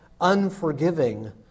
unforgiving